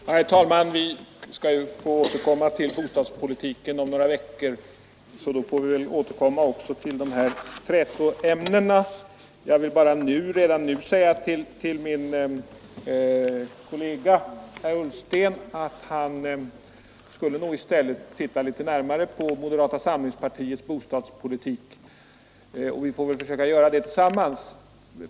Herr talman! Vi skall ju återkomma till bostadspolitiken om några veckor, och då får vi väl också återkomma till de här trätoämnena. Jag vill emellertid redan nu säga till min kollega herr Ullsten att han nog i stället borde titta litet närmare på moderata samlingspartiets bostadspolitik. Vi får väl försöka göra det tillsammans.